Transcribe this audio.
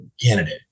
candidate